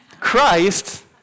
Christ